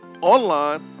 online